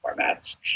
formats